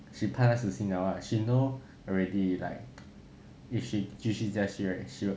she 判他死刑 liao lah she know already like if she 继续下去 right she will